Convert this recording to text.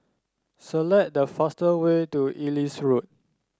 select the fastest way to Ellis Road